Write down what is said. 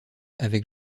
avec